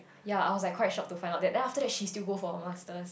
yea I was like quite shock to find out that then after that she still go for master